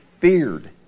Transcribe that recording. feared